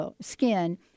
skin